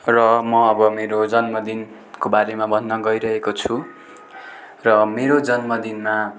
र म अब मेरो जन्मदिनको बारेमा भन्न गइरहेको छु र मेरो जन्मदिनमा